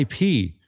IP